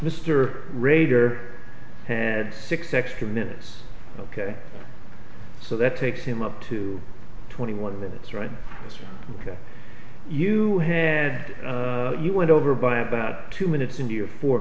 mr rader had six extra minutes ok so that takes him up to twenty one minutes right ok you had you went over by about two minutes into your four